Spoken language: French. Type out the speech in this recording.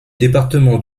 département